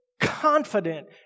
confident